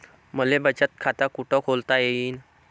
मले बचत खाते कुठ खोलता येईन?